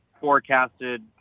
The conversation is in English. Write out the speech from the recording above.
forecasted